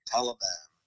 Taliban